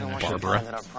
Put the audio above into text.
Barbara